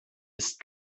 isst